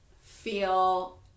feel